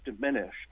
diminished